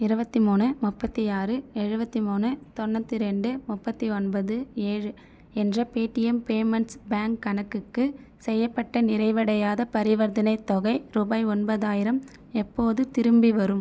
இருபத்தி மூணு முப்பத்தி ஆறு எழுபத்தி மூணு தொண்ணூற்றி ரெண்டு முப்பத்தி ஒன்பது ஏழு என்ற பேடீஎம் பேமென்ட்ஸ் பேங்க் கணக்குக்கு செய்யப்பட்ட நிறைவடையாத பரிவர்த்தனைத் தொகை ரூபாய் ஒன்பதாயிரம் எப்போது திரும்பிவரும்